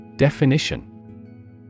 Definition